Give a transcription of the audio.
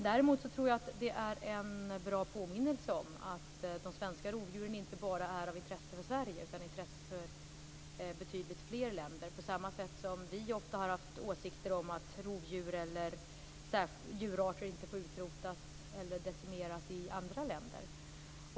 Däremot tror jag att det är en bra påminnelse om att de svenska rovdjuren inte bara är av intresse för Sverige utan av intresse för betydligt fler länder, på samma sätt som vi ofta har haft åsikter om att rovdjur eller djurarter inte får utrotas eller decimeras i andra länder.